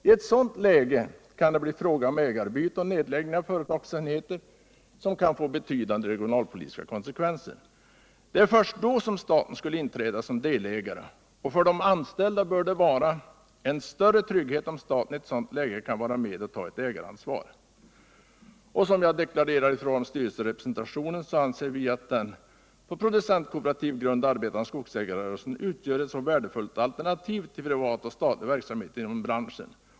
I ett sådant läge kan det bli fråga om ägarbyte och nedläggning av företagsenheter, som kan få betydande regionalpolitiska konsekvenser. Det är först då som staten skulle inträda som delägare. För de anställda bör det vara en större trygghet om staten i ett sådant läge kan vara med och ta ett ägaransvar. Som jag deklarerade i fråga om styrelserepresentationen anser vi att den på producentkooperativ grund arbetande skogsägarrörelsen utgör ett värdefullt alternativ till privat och statlig verksamhet inom branschen.